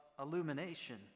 illumination